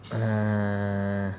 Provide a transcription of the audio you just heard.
err